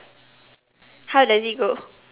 how does it go